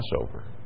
Passover